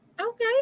Okay